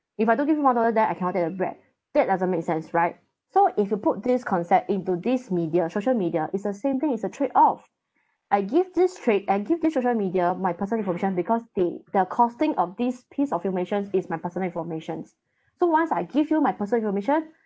if I don't give him one dollar then I cannot get the bread that doesn't make sense right so if you put this concept into this media social media it's the same thing is a trade-off I give this trade I give this social media my personal inforamtion because they the costing of this piece of information is my personal informations so once I give you my personal information